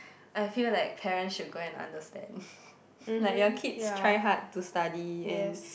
I feel like parents should go and understand like your kids try hard to study and